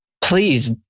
Please